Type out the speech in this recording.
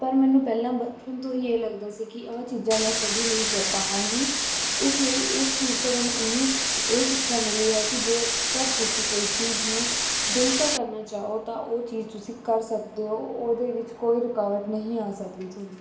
ਪਰ ਮੈਨੂੰ ਪਹਿਲਾਂ ਬਚਪਨ ਤੋਂ ਹੀ ਇਹ ਲੱਗਦਾ ਸੀ ਕਿ ਆਹ ਚੀਜ਼ਾਂ ਮੈਂ ਕਦੀ ਨਹੀਂ ਕਰ ਪਾਵਾਂਗੀ ਇਸ ਲਈ ਇਸ ਚੀਜ਼ ਤੋਂ ਮੈਨੂੰ ਇੰਨੀ ਇਹ ਸਿੱਖਿਆ ਮਿਲੀ ਹੈ ਕਿ ਜੇਕਰ ਤੁਸੀਂ ਕੋਈ ਚੀਜ਼ ਨੂੰ ਦਿਲ ਤੋਂ ਕਰਨਾ ਚਾਹੋ ਤਾਂ ਉਹ ਚੀਜ਼ ਤੁਸੀਂ ਕਰ ਸਕਦੇ ਹੋ ਉਹਦੇ ਵਿੱਚ ਕੋਈ ਰੁਕਾਵਟ ਨਹੀਂ ਆ ਸਕਦੀ ਤੁਹਾਨੂੰ